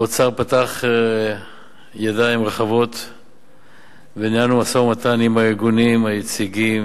האוצר פתח ידיים רחבות וניהלנו משא-ומתן עם הארגונים היציגים,